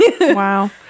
Wow